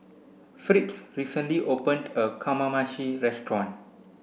Fritz recently opened a Kamameshi restaurant